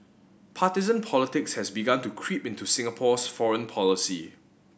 partisan politics has begun to creep into Singapore's foreign policy